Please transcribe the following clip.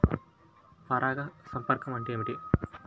పరాగ సంపర్కం అంటే ఏమిటి?